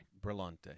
brillante